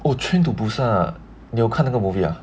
oh train to busan ah 你有看那个 movie ah